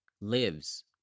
lives